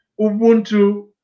ubuntu